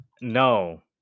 No